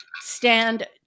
stand